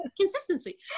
consistency